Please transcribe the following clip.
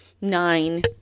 nine